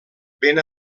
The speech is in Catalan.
ben